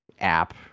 app